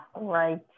right